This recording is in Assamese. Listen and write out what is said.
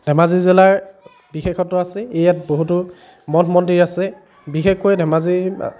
ধেমাজি জিলাৰ বিশেষত্ব আছে ই ইয়াত বহুতো মঠ মন্দিৰ আছে বিশেষকৈ ধেমাজি